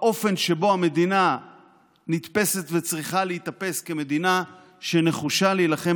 באופן שבו המדינה נתפסת וצריכה להיתפס כמדינה שנחושה להילחם